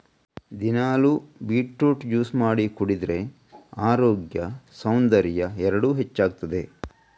ದಿನಾಗ್ಲೂ beetroot juice ಮಾಡಿ ಕುಡಿದ್ರೆ ಅರೋಗ್ಯ ಸೌಂದರ್ಯ ಎರಡೂ ಹೆಚ್ಚಾಗ್ತದೆ